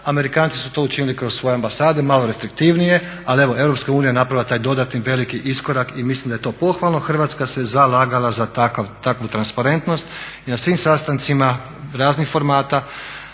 Amerikanci su to učinili kroz svoje ambasade malo restriktivnije, ali evo Europska unija je napravila taj dodatni veliki iskorak i mislim da je to pohvalno. Hrvatska se zalagala za takvu transparentnost i na svim sastancima raznim formata,